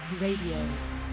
Radio